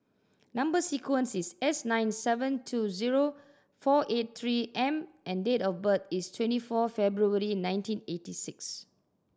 number sequence is S nine seven two zero four eight Three M and date of birth is twenty four February nineteen eighty six